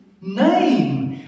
name